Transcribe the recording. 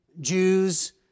Jews